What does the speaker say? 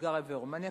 בולגריה ורומניה,